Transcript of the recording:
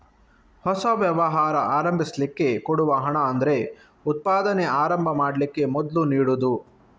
ಹೊಸ ವ್ಯವಹಾರ ಆರಂಭಿಸ್ಲಿಕ್ಕೆ ಕೊಡುವ ಹಣ ಅಂದ್ರೆ ಉತ್ಪಾದನೆ ಆರಂಭ ಮಾಡ್ಲಿಕ್ಕೆ ಮೊದ್ಲು ನೀಡುದು